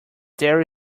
there